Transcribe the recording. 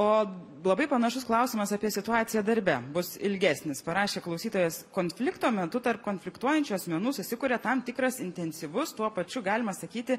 o labai panašus klausimas apie situaciją darbe bus ilgesnis parašė klausytojas konflikto metu tarp konfliktuojančių asmenų susikuria tam tikras intensyvus tuo pačiu galima sakyti